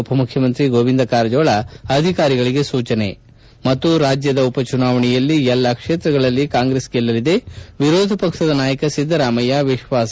ಉಪಮುಖ್ಯಮಂತ್ರಿ ಗೋವಿಂದ ಕಾರಜೋಳ ಅಧಿಕಾರಿಗಳಿಗೆ ಸೂಚನೆ ರಾಜ್ಞದ ಉಪಚುನಾವಣೆಯಲ್ಲಿ ಎಲ್ಲ ಕ್ಷೇತ್ರಗಳಲ್ಲಿ ಕಾಂಗ್ರೆಸ್ ಗೆಲ್ಲಲಿದೆ ವಿರೋಧ ಪಕ್ಷದ ನಾಯಕ ಸಿದ್ದರಾಮಯ್ಲ ವಿಶ್ವಾಸ